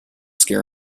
scare